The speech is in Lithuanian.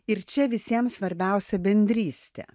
ir čia visiems svarbiausia bendrystė